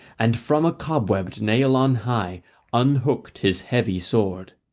and from a cobwebbed nail on high unhooked his heavy sword.